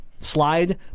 slide